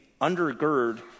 undergird